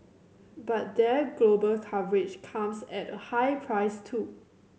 but their global coverage comes at a high price too